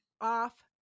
Off